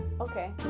okay